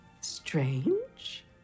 Strange